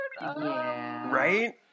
Right